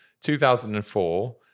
2004